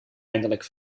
eindelijk